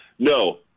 No